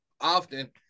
often